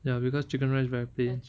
ya because chicken rice very plain